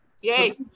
Yay